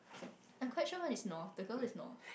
I'm quite sure one is north the girl is north